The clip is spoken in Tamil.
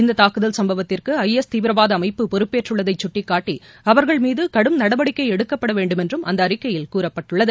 இந்ததாக்குதல் சும்பவத்திற்கு ஐ எஸ் தீவிரவாதஅமைப்பு பொறுப்பேற்றுள்ளதைகட்டிக்காட்டி அவர்கள் மீதுகடும் நடவடிக்கைஎடுக்கப்படவேண்டுமென்றும் அந்தஅறிக்கையில் கூறப்பட்டுள்ளது